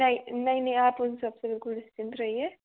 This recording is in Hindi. नहीं नहीं नहीं आप उन सब से बिल्कुल निश्चिंत रहिए